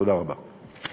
תודה רבה.